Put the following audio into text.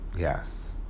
Yes